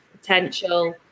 potential